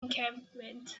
encampment